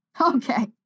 okay